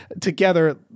together